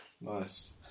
Nice